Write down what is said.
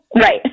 Right